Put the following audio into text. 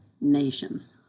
nations